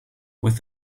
with